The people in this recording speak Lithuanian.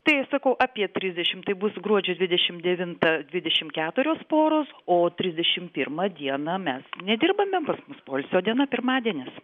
tai aš sakau apie trisdešim tai bus gruodžio dvidešim devintą dvidešim keturios poros o trisdešim pirmą dieną mes nedirbame pas mus poilsio diena pirmadienis